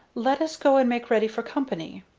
let us go and make ready for company.